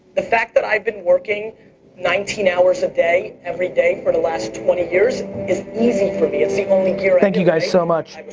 the fact that i've been working nineteen hours a day every day for the last twenty years is easy for me it's the only thank you guys so much,